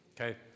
Okay